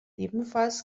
ebenfalls